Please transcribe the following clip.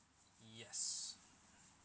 yes